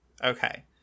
Okay